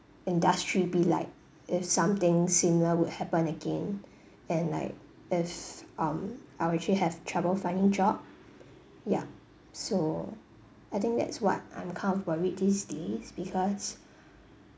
industry be like if something similar would happen again and like if um I will actually have trouble finding job yup so I think that's what I'm kind of worried these days because